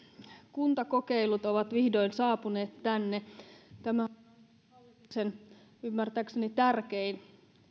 kuntakokeilut ovat vihdoin saapuneet tänne tämä on hallituksen ymmärtääkseni tärkein